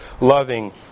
loving